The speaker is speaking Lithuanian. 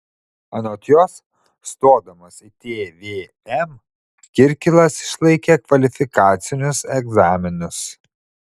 anot jos stodamas į tvm kirkilas išlaikė kvalifikacinius egzaminus